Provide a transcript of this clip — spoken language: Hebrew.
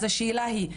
השאלה היא,